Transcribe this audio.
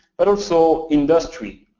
but also industry,